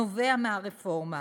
הנובע מהרפורמה,